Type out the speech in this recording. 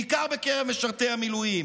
בעיקר בקרב משרתי המילואים,